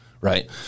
right